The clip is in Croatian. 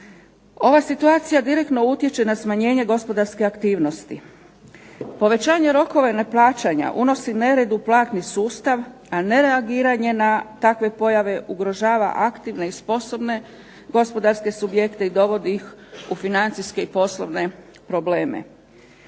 Ova situacija direktno utječe na smanjenje gospodarske aktivnosti. Povećanje rokova neplaćanja unosi nered u platni sustav, a ne reagiranje na takve pojave ugrožava aktivne i sposobne gospodarske subjekte i dovodi ih u financijske i poslovne probleme.